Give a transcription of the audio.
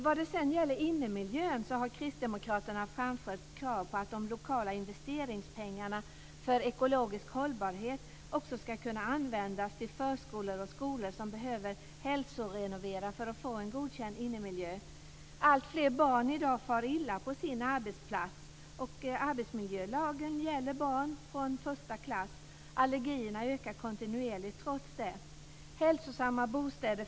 Vad gäller innemiljön har kristdemokraterna framfört krav på att de lokala investeringspengarna för ekologisk hållbarhet också ska kunna användas till förskolor och skolor som behöver hälsorenovera för att få en godkänd innemiljö. Alltfler barn far i dag illa på sin arbetsplats. Arbetsmiljölagen gäller barn från första klass. Allergierna ökar trots detta kontinuerligt. Vi måste få hälsosamma bostäder.